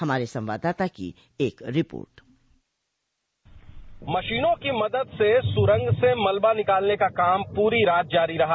हमारे संवाददाता की एक रिपोर्ट मशीनों की मदद से सुरंग से मलबा निकालने का काम पूरी रात जारी रहा